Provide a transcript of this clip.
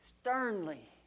sternly